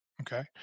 Okay